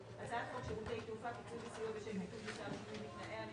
"הצעת חוק שירותי תעופה (פיצוי וסיוע בשל ביטול טיסה או שינוי בתנאיה)